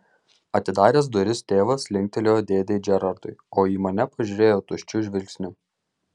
atidaręs duris tėvas linktelėjo dėdei džerardui o į mane pažiūrėjo tuščiu žvilgsniu